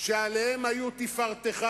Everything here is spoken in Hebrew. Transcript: שעליהם היתה תפארתך,